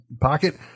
pocket